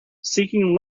seeking